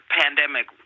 pandemic